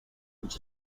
which